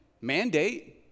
mandate